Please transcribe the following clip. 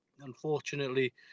unfortunately